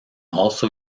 also